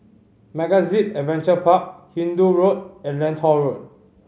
MegaZip Adventure Park Hindoo Road and Lentor Road